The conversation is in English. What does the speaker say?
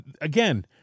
Again